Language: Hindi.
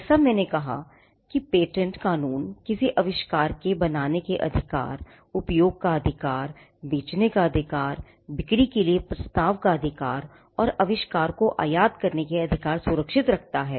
जैसा कि मैंने कहा कि पेटेंट कानून किसी अविष्कार के बनाने के अधिकार उपयोग का अधिकार बेचने का अधिकार बिक्री के लिए प्रस्ताव का अधिकार और आविष्कार को आयात करने का अधिकार सुरक्षित रखता है